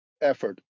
effort